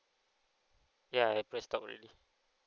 ya I press stop already